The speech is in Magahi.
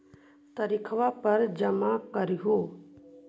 तरिखवे पर जमा करहिओ?